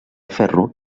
ferro